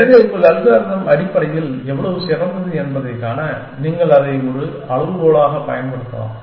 எனவே உங்கள் அல்காரிதம் அடிப்படையில் எவ்வளவு சிறந்தது என்பதைக் காண நீங்கள் அதை ஒரு அளவுகோலாகப் பயன்படுத்தலாம்